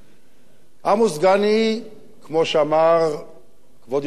עמוס דגני, כמו שאמר כבוד יושב-ראש הכנסת,